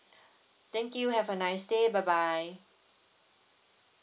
thank you have a nice day bye bye